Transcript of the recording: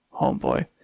Homeboy